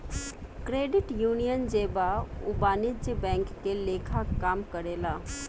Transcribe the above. credit union जे बा उ वाणिज्यिक बैंक के लेखा काम करेला